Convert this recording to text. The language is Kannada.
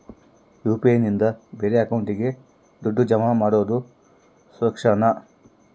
ಯು.ಪಿ.ಐ ನಿಂದ ಬೇರೆ ಅಕೌಂಟಿಗೆ ದುಡ್ಡು ಜಮಾ ಮಾಡೋದು ಸುರಕ್ಷಾನಾ?